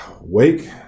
Wake